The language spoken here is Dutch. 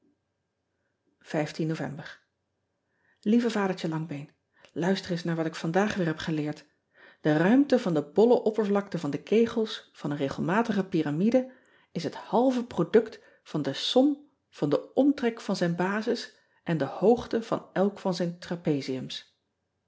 ovember ieve adertje angbeen uister eens naar wat ik vandaag weer heb geleerd e ruimte van de bolle oppervlakte van de kegels van een regelmatige pyramide is het halve product van de ean ebster adertje angbeen som van den omtrek van zijn basis en de hoogte van elk van zijn